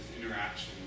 interaction